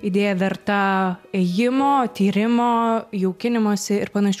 idėja verta ėjimo tyrimo jaukinimosi ir panašių